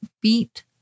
beat